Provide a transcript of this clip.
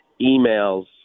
emails